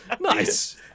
nice